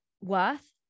worth